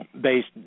based